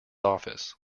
office